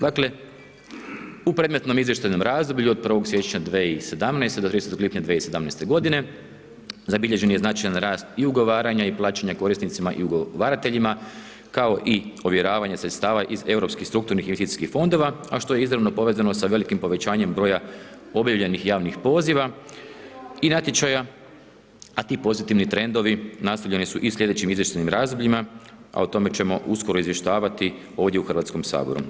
Dakle, u predmetnom izvještajnom razdoblju od 1. siječnja 2017. do 30. lipnja 2017.g. zabilježen je značajan rast i ugovaranja i plaćanja korisnicima i ugovarateljima, kao i ovjeravanje sredstava iz Europskih strukturnih i… [[Govornik se ne razumije]] fondova, a što je izravno povezano sa velikim povećanjem broja objavljenih javnih poziva i natječaja, a ti pozitivni trendovi nastavljeni su i sljedećim izvještajnim razdobljima, a o tome ćemo uskoro izvještavati ovdje u HS.